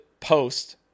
post